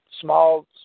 small